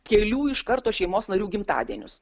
kelių iš karto šeimos narių gimtadienius